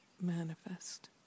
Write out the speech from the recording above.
manifest